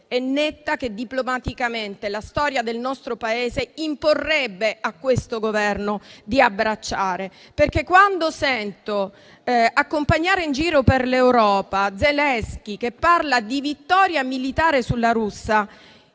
e netta che diplomaticamente la storia del nostro Paese imporrebbe a questo Governo di abbracciare. Quando sento accompagnare in giro per l'Europa Zelensky che parla di vittoria militare sulla Russia,